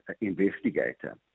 investigator